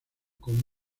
con